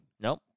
Nope